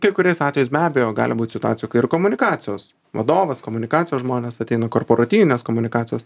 kai kuriais atvejais be abejo gali būt situacijų kai ir komunikacijos vadovas komunikacijos žmonės ateina korporatyvinės komunikacijos